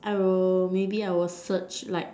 I will maybe I will search like